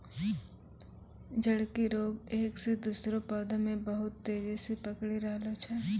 झड़की रोग एक से दुसरो पौधा मे बहुत तेजी से पकड़ी रहलो छै